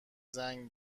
زنگ